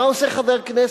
מה עושה חבר הכנסת,